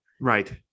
Right